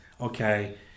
okay